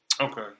Okay